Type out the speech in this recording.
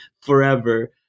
forever